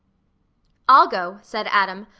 i'll go, said adam,